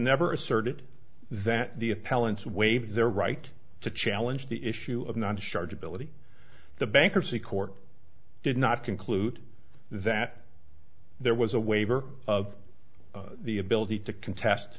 never asserted that the appellant's waive their right to challenge the issue of not charge ability the bankruptcy court did not conclude that there was a waiver of the ability to contest